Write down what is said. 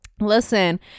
Listen